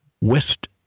west